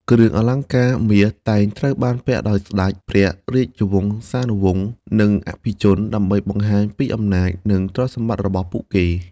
គ្រឿងអលង្ការមាសតែងត្រូវបានពាក់ដោយស្តេច ព្រះរាជវង្សានុវង្ស និងអភិជន ដើម្បីបង្ហាញពីអំណាច និងទ្រព្យសម្បត្តិរបស់ពួកគេ។